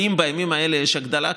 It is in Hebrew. האם בימים האלה יש הגדלה?